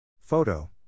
Photo